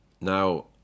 Now